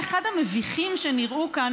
אחד המביכים שנראו כאן.